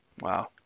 Wow